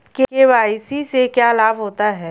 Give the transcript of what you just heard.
KYC से क्या लाभ होता है?